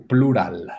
Plural